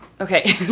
Okay